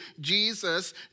Jesus